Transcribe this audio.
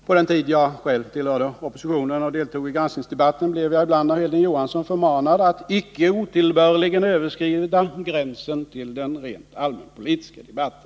På den tid jag själv Onsdagen den tillhörde oppositionen och deltog i granskningsdebatten blev jag ibland av 3 maj 1980 Hilding Johansson förmanad att icke otillbörligen överskrida gränsen till den rent allmänpolitiska debatten.